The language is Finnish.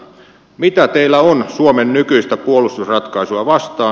mitä teillä on suomen nykyistä puolustusratkaisua vastaan